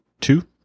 two